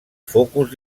focus